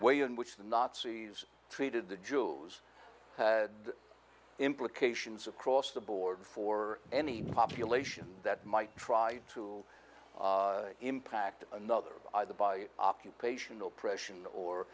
way in which the nazis treated the jews had implications across the board for any population that might try to impact another either by occupation oppression or